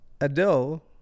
Adele